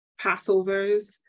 passovers